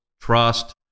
trust